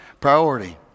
priority